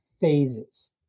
phases